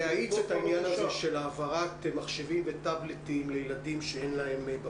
להאיץ את העניין הזה של העברת מחשבים וטבלטים לילדים שאין להם.